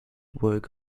work